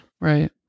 right